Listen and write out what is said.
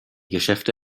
geschäfte